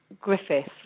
Griffith